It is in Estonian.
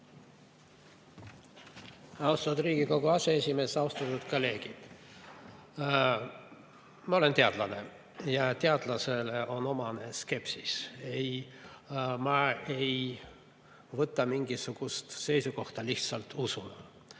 Austatud Riigikogu aseesimees! Austatud kolleegid! Ma olen teadlane ja teadlasele on omane skepsis. Ma ei võta mingisugust seisukohta, lihtsalt usun.